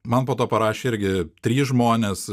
man po to parašė irgi trys žmonės